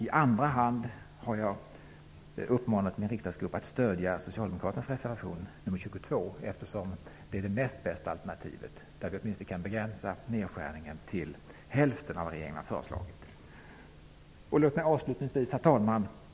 I andra hand har jag uppmanat min riksdagsgrupp att stödja socialdemokraternas reservation nr 22, eftersom det är det näst bästa alternativet. Vi kan då åtminstone begränsa nedskärningen till hälften av det regeringen föreslagit. Herr talman!